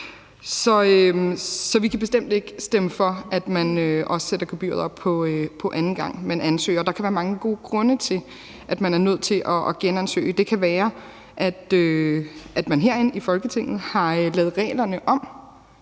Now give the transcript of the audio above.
Så vi kan bestemt ikke stemme for også at sætte gebyret op, anden gang man ansøger. Der kan være mange gode grunde til, at man er nødt til at genansøge. Det kan være, at vi herinde i Folketinget har lavet reglerne om,